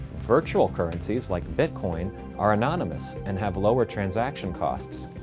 virtual currencies like bitcoin are anonymous and have lower transaction costs,